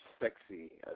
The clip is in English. sexy